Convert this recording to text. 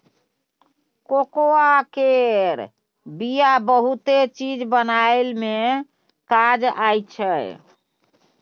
cocoa केर बिया बहुते चीज बनाबइ मे काज आबइ छै